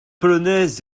polonais